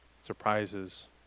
Surprises